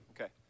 Okay